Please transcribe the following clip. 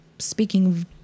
speaking